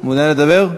מעוניין לדבר?